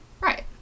Right